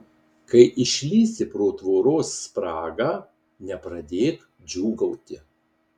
kai išlįsi pro tvoros spragą nepradėk džiūgauti